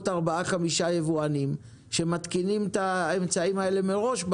ארבעה-חמישה יבואנים שמתקינים את האמצעים האלה ברכב מראש.